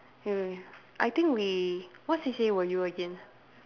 mm I think we what C_C_A were you again